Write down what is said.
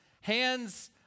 hands